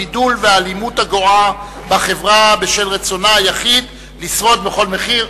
הבידול והאלימות הגואה בחברה בשל רצונה היחיד לשרוד בכל מחיר.